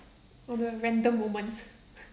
all the random moments